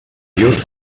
llur